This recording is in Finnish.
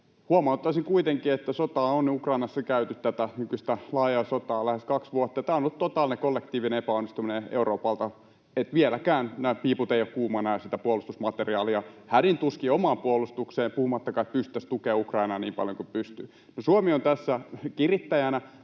Huomauttaisin kuitenkin, että sotaa on Ukrainassa käyty, tätä nykyistä laajaa sotaa, lähes kaksi vuotta ja tämä on ollut totaalinen kollektiivinen epäonnistuminen Euroopalta. Vieläkään piiput eivät ole kuumana, ja sitä puolustusmateriaalia riittää hädin tuskin omaan puolustukseen puhumattakaan, että pystyttäisiin tukemaan Ukrainaa niin paljon kuin pystyy. No, Suomi on tässä kirittäjänä,